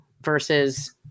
versus